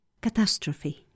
Catastrophe